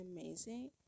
amazing